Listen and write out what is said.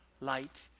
light